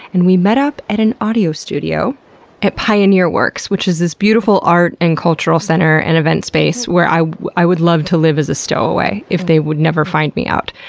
and we met up at an audio studio at pioneer works, which is this beautiful art and cultural center and event space where i i would love to live as a stowaway if they would never find me out.